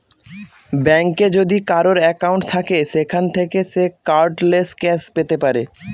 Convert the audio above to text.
ব্যাঙ্কে যদি কারোর একাউন্ট থাকে সেখান থাকে সে কার্ডলেস ক্যাশ পেতে পারে